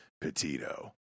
Petito